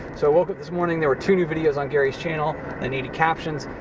so, i woke up this morning, there were two new videos on gary's channel that needed captions.